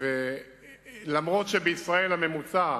אף-על-פי שבישראל הממוצע